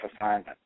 assignment